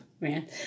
man